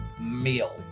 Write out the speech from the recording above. meal